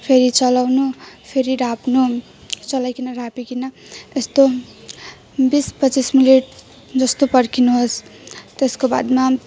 फेरि चलाउनु फेरि ढाक्नु चलाइकन ढाकिकन त्यस्तो बिस पच्चिस मिनट जस्तो पर्खिनुहोस् त्यसको बादमा